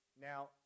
Now